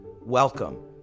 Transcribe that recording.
welcome